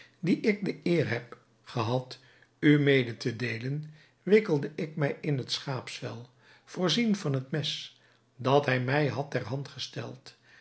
die ik de eer heb gehad u mede te deelen wikkelde ik mij in het schaapsvel voorzien van het mes dat hij mij had ter hand gesteld